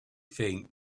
think